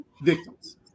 victims